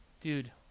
Dude